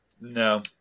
No